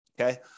Okay